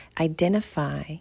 identify